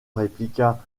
répliqua